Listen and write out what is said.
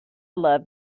love